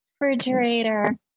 refrigerator